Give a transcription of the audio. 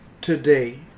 today